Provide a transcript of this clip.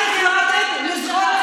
את עוד לא עשית כלום.